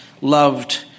loved